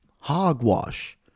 Hogwash